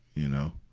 you know.